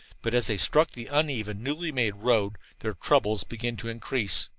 but as they struck the uneven, newly-made road, their troubles began to increase.